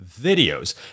videos